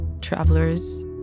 travelers